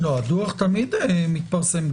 הדוח תמיד מתפרסם,